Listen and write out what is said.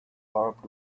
barbed